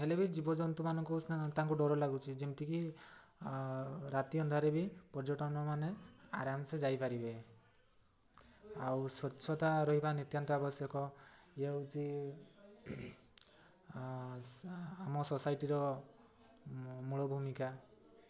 ହେଲେ ବି ଜୀବଜନ୍ତୁମାନଙ୍କୁ ତାଙ୍କୁ ଡର ଲାଗୁଛି ଯେମିତିକି ରାତି ଅନ୍ଧାରେ ବି ପର୍ଯ୍ୟଟନମାନେ ଆରାମସେ ଯାଇପାରିବେ ଆଉ ସ୍ୱଚ୍ଛତା ରହିବା ନିତ୍ୟାନ୍ତ ଆବଶ୍ୟକ ଇଏ ହେଉଛି ଆମ ସୋସାଇଟିର ମୂଳ ଭୂମିକା